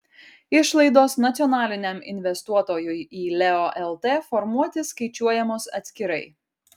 išlaidos nacionaliniam investuotojui į leo lt formuoti skaičiuojamos atskirai